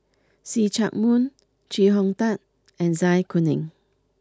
see Chak Mun Chee Hong Tat and Zai Kuning